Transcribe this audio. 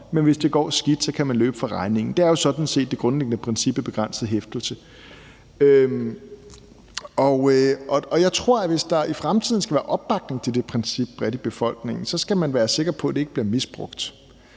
men hvis det går skidt, kan man løbe fra regningen. Det er jo sådan set det grundlæggende princip i begrænset hæftelse. Jeg tror, at hvis der i fremtiden skal være opbakning til det princip bredt i befolkningen, skal man være sikker på, at det ikke bliver misbrugt.